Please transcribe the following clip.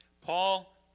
paul